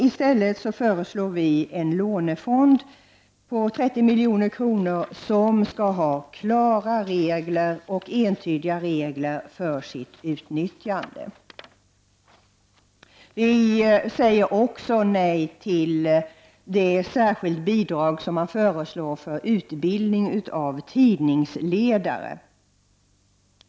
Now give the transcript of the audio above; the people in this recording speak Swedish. I stället föreslår vi en lånefond på 30 milj.kr. som skall ha klara och entydiga regler för sitt utnyttjande. Vi säger vidare nej till det särskilda bidrag som föreslås för utbildning av tidningsledare.